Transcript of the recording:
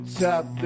top